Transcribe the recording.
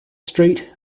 street